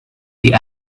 the